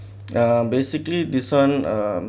uh basically this one um